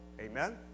Amen